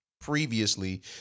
previously